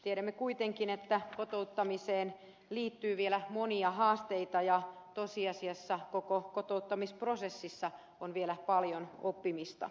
tiedämme kuitenkin että kotouttamiseen liittyy vielä monia haasteita ja tosiasiassa koko kotouttamisprosessissa on vielä paljon oppimista